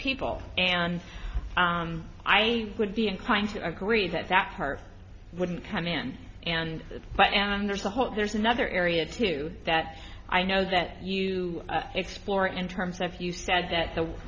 people and i would be inclined to agree that that part would come in and but there's a whole there's another area too that i know that you explore in terms of you said that the the